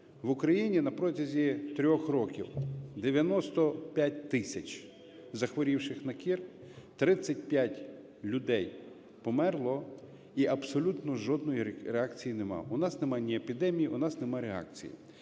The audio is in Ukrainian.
В Україні напротязі трьох років 95 тисяч захворівших на кір, 35 людей померло, і абсолютно жодної реакції немає. У нас немає ні епідемії, у нас немає реакції.